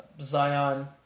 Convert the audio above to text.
Zion